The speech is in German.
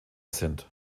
sind